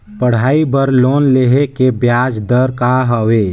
पढ़ाई बर लोन लेहे के ब्याज दर का हवे?